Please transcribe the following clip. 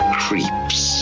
creeps